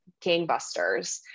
gangbusters